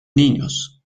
niños